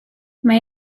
mae